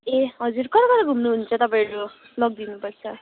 ए हजुर कता कता घुम्नुहुन्छ तपाईँहरू लगिदिनुपर्छ